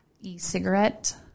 e-cigarette